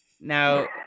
Now